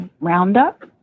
Roundup